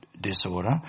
disorder